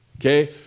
Okay